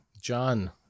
John